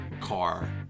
car